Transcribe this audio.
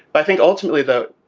but i think ultimately, though,